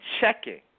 checking